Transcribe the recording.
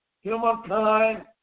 humankind